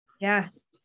Yes